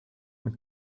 mit